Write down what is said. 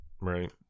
Right